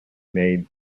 made